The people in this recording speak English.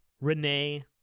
Renee